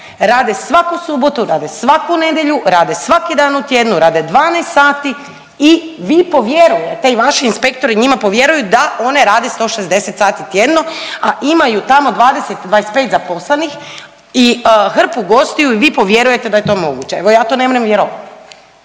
rade svaku subotu, rade svaku nedelju, rade svaki dan u tjednu, rade 12 sati i vi povjerujete i vaši inspektori njima povjeruju da one rade 160 sati tjedno, a imaju tamo 20, 25 zaposlenih i hrpu gostiju i vi povjerujete da je to moguće. Evo ja to nemrem vjerovat.